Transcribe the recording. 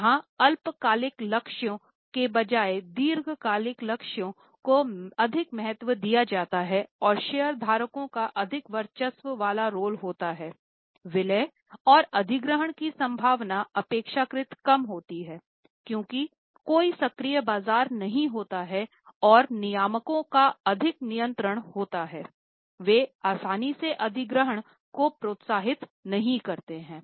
यहां अल्पकालिक लक्ष्यों के बजाय दीर्घकालिक लक्ष्यों को अधिक महत्व दिया जाता है और शेयरधारकों का अधिक वर्चस्व वाला रोल होता है विलय और अधिग्रहण की संभावना अपेक्षाकृत कम होती है क्योंकि कोई सक्रिय बाजार नहीं होता है और नियामकों का अधिक नियंत्रण होता है वे आसानी से अधिग्रहण को प्रोत्साहित नहीं करते हैं